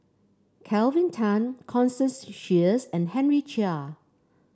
Kelvin Tan Constance Sheares and Henry Chia